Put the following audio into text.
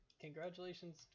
Congratulations